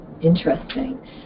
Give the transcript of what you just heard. interesting